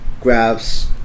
grabs